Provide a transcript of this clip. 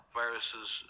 viruses